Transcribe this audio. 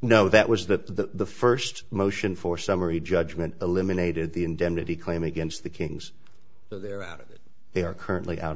you know that was the first motion for summary judgment eliminated the indemnity claim against the kings so they're out of it they are currently out